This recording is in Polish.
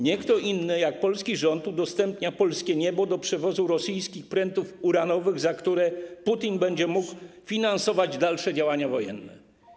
Nie kto inny jak polski rząd udostępnia polskie niebo do przewozu rosyjskich prętów uranowych, za które Putin będzie mógł finansować dalsze działania wojenne.